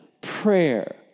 prayer